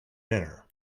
dinner